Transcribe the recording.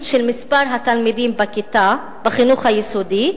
של מספר התלמידים בכיתה בחינוך היסודי,